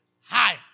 hi